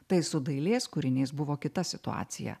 tai su dailės kūriniais buvo kita situacija